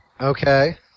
Okay